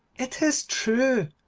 it is true,